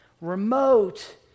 remote